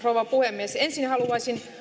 rouva puhemies ensin haluaisin